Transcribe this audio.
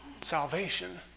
salvation